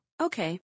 Okay